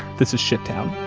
this is shittown